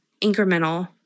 incremental